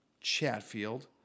Chatfield